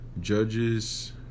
Judges